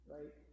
Right